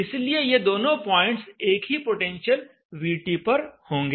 इसलिए ये दोनों पॉइंट्स एक ही पोटेंशियल VT पर होंगे